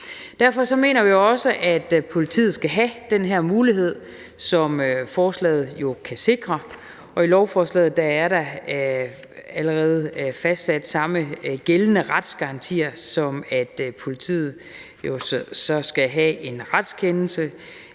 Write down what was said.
Derfor mener vi også, at politiet skal have den her mulighed, som forslaget jo kan sikre, og i lovforslaget er der allerede fastsat samme gældende retsgarantier, som at politiet så skal have en retskendelse,